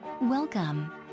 Welcome